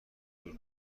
دور